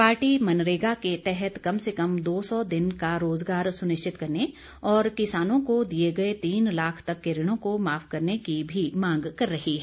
party मरनेगा के तहत कम से कम दो सौ दिन का रोजगार सुनिश्चित करने और किसानों को दिए गए तीन लाख तक के ऋणों को माफ करने की भी मांग कर रही है